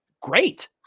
Great